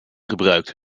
gebruikt